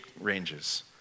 ranges